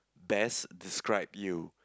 best describe you